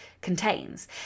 contains